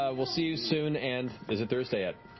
ah we'll see you soon, and is it thursday yet?